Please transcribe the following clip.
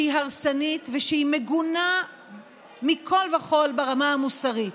שהיא הרסנית ושהיא מגונה מכול וכול ברמה המוסרית.